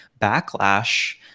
backlash